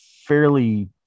fairly